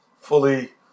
fully